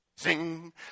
Zing